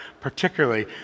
particularly